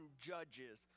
Judges